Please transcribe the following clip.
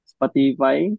Spotify